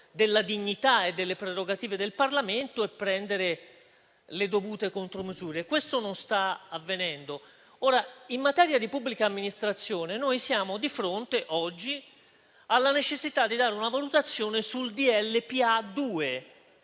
della dignità e delle prerogative del Parlamento e prendere le dovute contromisure. Questo non sta avvenendo. In materia di pubblica amministrazione, siamo di fronte oggi alla necessità di dare una valutazione sul